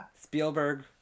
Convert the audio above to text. Spielberg